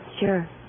Sure